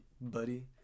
buddy